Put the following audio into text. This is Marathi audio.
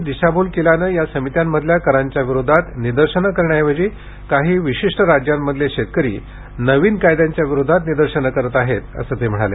काहींनी दिशाभूल केल्यानं या समित्यांमधल्या करांच्या विरोधात निदर्शनं करण्याऐवजी काही विशिष्ट राज्यांमधले शेतकरी नवीन कायद्यांविरोधात निदर्शनं करत आहेत असं ते म्हणाले